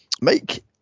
Mike